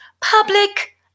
public